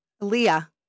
Leah